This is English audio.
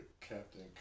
Captain